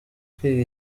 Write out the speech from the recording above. kwiga